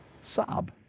sob